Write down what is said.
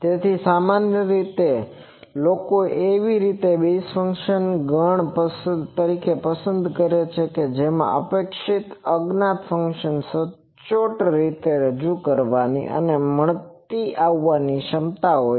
તેથી સામાન્ય રીતે લોકો એવી રીતે બેઝ ફંક્શન્સને ગણ તરીકે પસંદ કરે છે જેમાં અપેક્ષિત અજ્ઞાત ફંક્શનને સચોટ રીતે રજૂ કરવાની અને મળતી આવવાની ક્ષમતા હોય છે